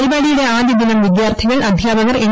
പരിപാടിയുടെ ആദ്യദിനം വിദ്യാർത്ഥികൾ അദ്ധ്യാപകർ എൻ